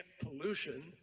pollution